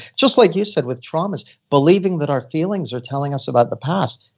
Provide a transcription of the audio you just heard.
just like you said with traumas believing that our feelings are telling us about the past,